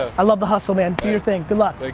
i love the hustle man. do your thing, good luck. like